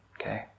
Okay